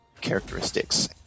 characteristics